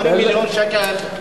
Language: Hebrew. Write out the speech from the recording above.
80 מיליון שקל מקופת האוצר,